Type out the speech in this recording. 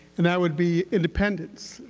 and that would be independence,